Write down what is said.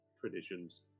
traditions